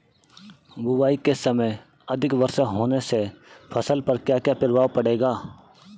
बुआई के समय अधिक वर्षा होने से फसल पर क्या क्या प्रभाव पड़ेगा?